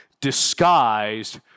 disguised